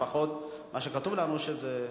לפחות מה שכתוב לנו, שזה,